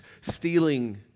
stealing